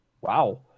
Wow